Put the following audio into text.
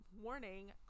warning